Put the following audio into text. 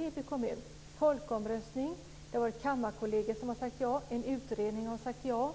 Det var bl.a. en folkomröstning, Kammarkollegiet har sagt ja och en utredning har sagt ja.